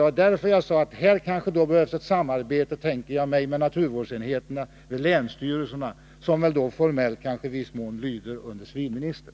Det var därför jag talade om ett samarbete med naturvårdsenheterna vid länsstyrelserna — som väl formellt lyder under civilministern.